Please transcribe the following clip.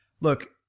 look